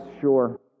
sure